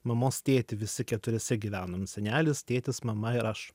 mamos tėtį visi keturiese gyvenom senelis tėtis mama ir aš